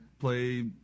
play